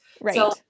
Right